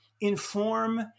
inform